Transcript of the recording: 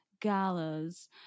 galas